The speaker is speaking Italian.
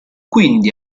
quindi